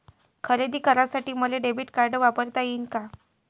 खरेदी करासाठी मले डेबिट कार्ड वापरता येईन का?